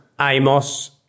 Amos